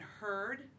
heard